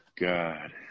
God